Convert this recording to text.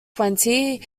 twenty